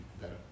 better